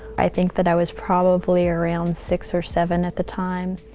i think that i was probably around six or seven at the time.